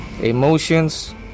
emotions